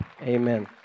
Amen